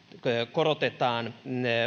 korotetaan